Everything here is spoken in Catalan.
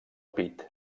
pit